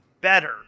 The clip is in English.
better